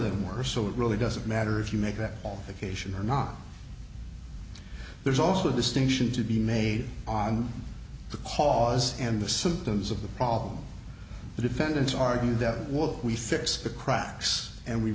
them were so it really doesn't matter if you make that all occasion or not there's also a distinction to be made on the cause and the symptoms of the problem the defendants argue that will we fix the cracks and we